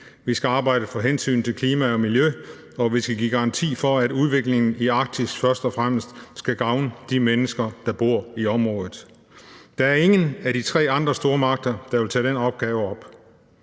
Vi skal arbejde for hensynet til klima og miljø, og vi skal give garanti for, at udviklingen i arktisk først og fremmest skal gavne de mennesker, der bor i området. Der er ingen af de tre andre stormagter, der vil tage den opgave op.